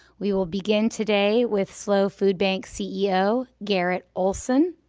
we will begin today with slo food bank ceo, garret olson.